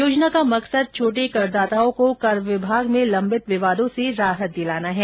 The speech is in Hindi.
योजना का मकसद छोटे करदाताओं को कर विभाग में लम्बित विवादों से राहत दिलाना है